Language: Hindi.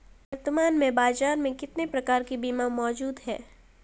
वर्तमान में बाज़ार में कितने प्रकार के बीमा मौजूद हैं?